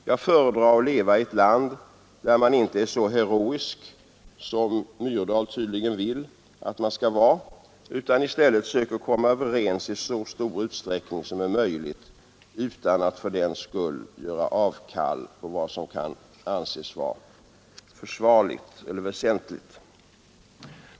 Jag föredrar att leva i ett land där man inte är så heroisk som Jan Myrdal tydligen vill att man skall vara, utan i stället söker komma överens i så stor utsträckning som möjligt utan att fördenskull göra avkall på vad man anser vara försvarligt eller väsentligt.